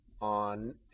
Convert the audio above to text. on